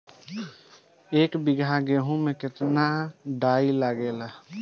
एक बीगहा गेहूं में केतना डाई लागेला?